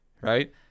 right